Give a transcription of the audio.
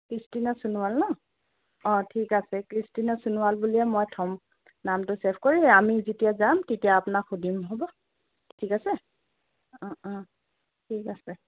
Christina Sonowal ন অঁ ঠিক আছে কৃষ্টিনা সোণোৱাল বুলিয়ে মই থ'ম নামটো ছেভ কৰি আমি যেতিয়া যাম তেতিয়া আপোনাক সুধিম হ'ব ঠিক আছে অঁ অঁ ঠিক আছে